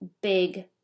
big